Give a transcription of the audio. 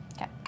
Okay